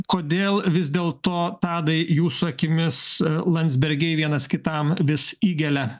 kodėl vis dėl to tadai jūsų akimis landsbergiai vienas kitam vis įgelia